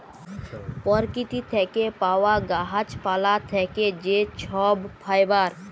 পরকিতি থ্যাকে পাউয়া গাহাচ পালা থ্যাকে যে ছব ফাইবার